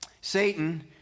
Satan